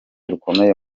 rukomeye